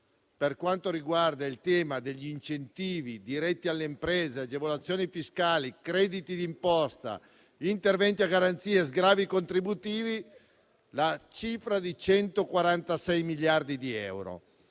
per quanto riguarda il tema degli incentivi diretti alle imprese (agevolazioni fiscali, crediti d'imposta, interventi a garanzia e sgravi contributivi), ha raggiunto la cifra di 146 miliardi di euro.